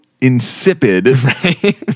insipid